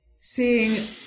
Seeing